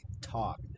talk